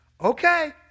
Okay